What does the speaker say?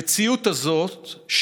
המציאות הזאת,